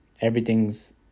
everything's